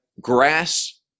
grass